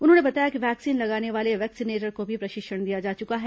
उन्होंने बताया कि वैक्सीन लगाने वाले वैक्सीनेटर को भी प्रशिक्षण दिया जा चुका है